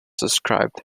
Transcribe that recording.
described